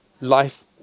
life